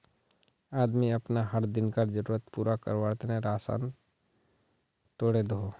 आदमी अपना हर दिन्कार ज़रुरत पूरा कारवार तने राशान तोड़े दोहों